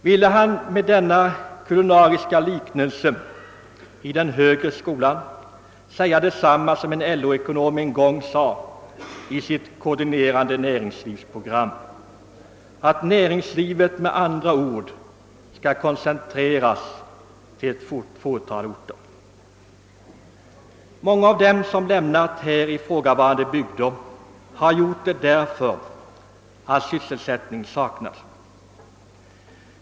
Ville han med denna kulinariska liknelse i den högre skolan säga detsamma som en LO-ekonom en gång sade i sitt koordinerade näringslivsprogram, nämligen att näringslivet skall koncentreras till ett fåtal orter? varande bygder har gjort det därför att sysselsättning saknas.